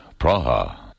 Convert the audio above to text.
Praha